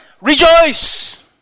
rejoice